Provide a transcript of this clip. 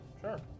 sure